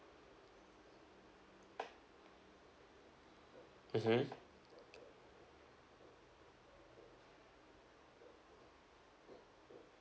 mmhmm